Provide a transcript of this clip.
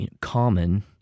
common